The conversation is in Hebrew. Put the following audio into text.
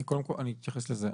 אני אתייחס לזה.